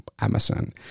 amazon